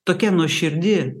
tokia nuoširdi